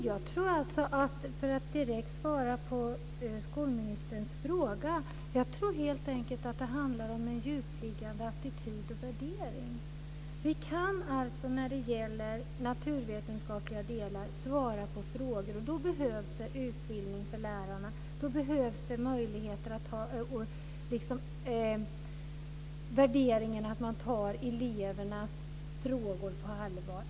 Fru talman! För att direkt svara på skolministerns fråga kan jag säga att jag helt enkelt tror att det handlar om en djupliggande attityd och värdering. När det gäller naturvetenskapliga delar kan vi svara på frågor. Då behövs det utbildning för lärarna. Då behövs värderingen att man tar elevernas frågor på allvar.